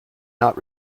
not